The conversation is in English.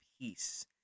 peace